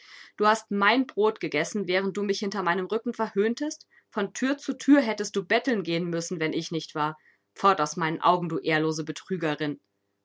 du hast mein brot gegessen während du mich hinter meinem rücken verhöhntest von thür zu thür hättest du betteln gehen müssen wenn ich nicht war fort aus meinen augen du ehrlose betrügerin